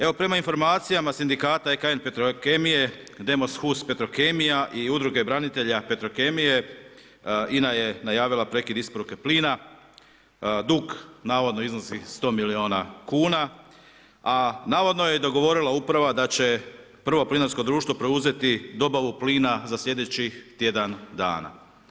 Evo prema informacijama sindikata EKN Petrokemije DEMOS-HUS Petrokemija i Udruge branitelja Petrokemije, INA je najavila prekid isporuke plina, dug navodno iznosi 100 milijuna kuna a navodno je i dogovorila uprava da će Prvo plinarsko društvo preuzeti dobavu plina za sljedećih tjedan dana.